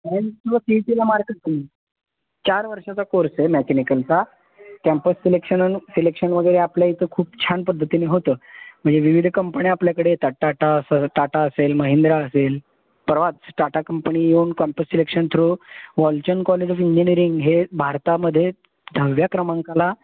science किंवा C E टीला mark चार वर्षाचा कोर्स आहे मेकॅनिकलचा कॅम्पस सिलेक्शन सिलेक्शन वगैरे आपल्या इथं खूप छान पद्धतीने होतं म्हणजे विविध कंपण्या आपल्याकडे येतात टाटा असं टाटा असेल महिंद्रा असेल परवाच टाटा कंपणी येऊन campus selection through Walchand college of engineering हे भारतामध्ये दहाव्या क्रमांकाला